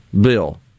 bill